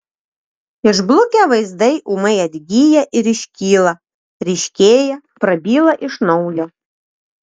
išblukę vaizdai ūmai atgyja ir iškyla ryškėja prabyla iš naujo